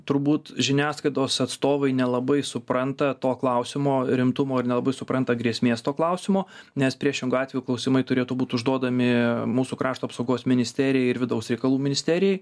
turbūt žiniasklaidos atstovai nelabai supranta to klausimo rimtumo ir nelabai supranta grėsmės to klausimo nes priešingu atveju klausimai turėtų būt užduodami mūsų krašto apsaugos ministerijai ir vidaus reikalų ministerijai